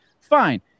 fine